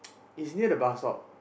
it's near the bus stop